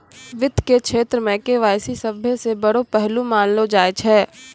वित्त के क्षेत्र मे के.वाई.सी सभ्भे से बड़ो पहलू मानलो जाय छै